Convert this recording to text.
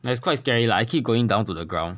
but it's quite scary lah I keep going down to the ground